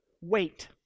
Wait